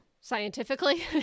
scientifically